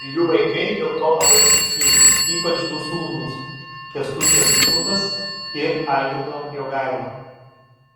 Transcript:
ir jų vaikai dėl to labai skirtingi ypač du sūnūs kęstučio vytautas ir algirdo jogaila